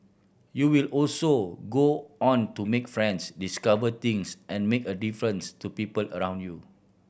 you will also go on to make friends discover things and make a difference to people around you